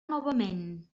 novament